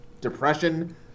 depression